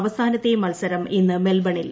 അവസാനത്തേയും മത്സരം ഇന്ന് മെൽബണിൽ